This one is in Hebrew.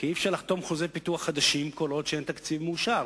כי אי-אפשר לחתום על חוזי פיתוח חדשים כל עוד אין תקציב מאושר,